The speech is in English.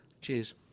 Cheers